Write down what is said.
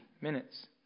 minutes